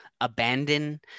abandon